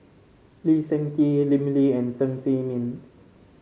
Lee Seng Tee Lim Lee and Chen Zhiming